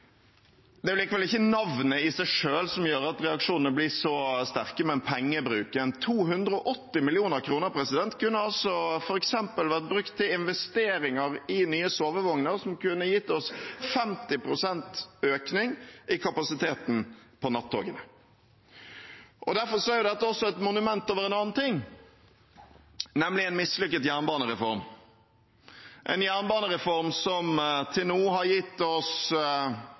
Det er likevel ikke navnet i seg selv som gjør at reaksjonene blir så sterke, men pengebruken. 280 mill. kr kunne f.eks. vært brukt til investeringer i nye sovevogner, som kunne gitt oss 50 pst. økning i kapasiteten på nattoget. Derfor er dette også et monument over en annen ting, nemlig en mislykket jernbanereform, en jernbanereform som til nå har gitt oss